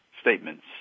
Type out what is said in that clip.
statements